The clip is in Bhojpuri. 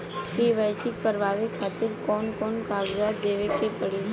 के.वाइ.सी करवावे खातिर कौन कौन कागजात देवे के पड़ी?